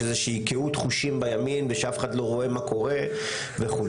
איזושהי קהות חושים בימין ושאף אחד לא רואה מה קורה וכו'.